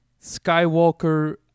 Skywalker